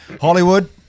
hollywood